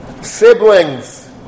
siblings